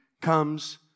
comes